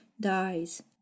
dies